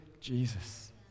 Jesus